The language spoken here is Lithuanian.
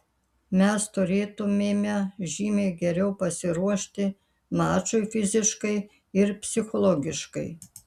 mes turėtumėme žymiai geriau pasiruošti mačui fiziškai ir psichologiškai